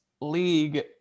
league